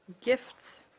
gifts